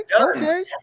okay